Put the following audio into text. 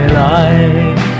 life